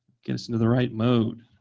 get us into the right mode.